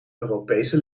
europese